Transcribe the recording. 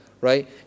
right